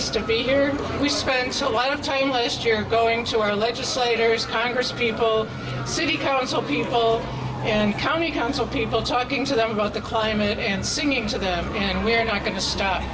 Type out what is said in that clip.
pleased to be here we spend so a lot of time waster and going to our legislators congress people city council people and county council people talking to them about the climate and singing to them and we're not going to stop